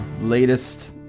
latest